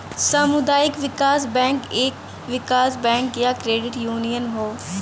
सामुदायिक विकास बैंक एक विकास बैंक या क्रेडिट यूनियन हौ